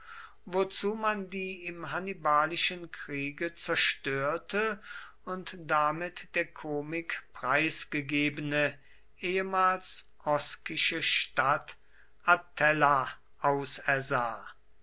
wozu man die im hannibalischen kriege zerstörte und damit der komik preisgegebene ehemals oskische stadt atella ausersah